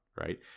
right